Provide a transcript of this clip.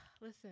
Listen